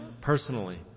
personally